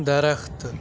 درخت